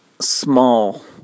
small